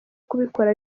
kubikora